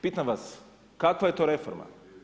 Pitam vas kakva je to reforma?